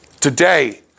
Today